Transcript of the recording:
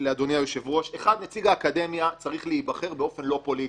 לאדוני היושב-ראש נציג האקדמיה צריך להיבחר באופן לא פוליטי,